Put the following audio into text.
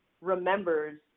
remembers